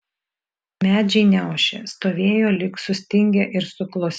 medžiai neošė stovėjo lyg sustingę ir suklusę